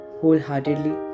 wholeheartedly